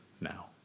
now